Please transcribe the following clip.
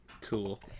Cool